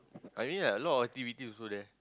I mean like a lot of activities also there